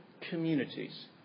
communities